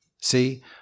See